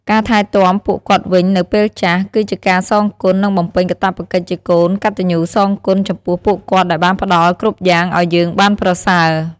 ការថែទាំពួកគាត់វិញនៅពេលចាស់ គឺជាការសងគុណ និងបំពេញកាតព្វកិច្ចជាកូនកតញ្ញូសងគុណចំពោះពួកគាត់ដែលបានផ្តល់គ្រប់យ់ាងឲ្យយើងបានប្រសើរ។